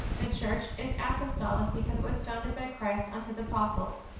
the church is apostolic because it was founded by christ on his apostles,